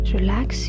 Relax